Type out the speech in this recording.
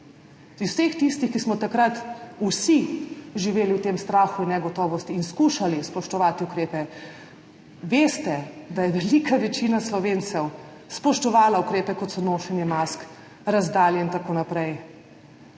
vseh tistih, ki smo takrat živeli v tem strahu in negotovosti in skušali spoštovati ukrepe. Veste, da je velika večina Slovencev spoštovala ukrepe, kot so nošenje mask, razdalje in tako naprej,